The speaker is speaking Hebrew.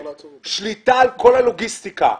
שליטה על כל הלוגיסטיקה,